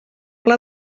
pla